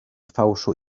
fałszu